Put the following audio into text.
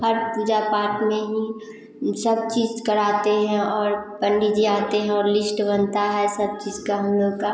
हर पूजा पाठ में ही सब चीज़ कराते हैं और पंडित जी आते हैं और लिश्ट बनता है सब चीज़ का हम लोग का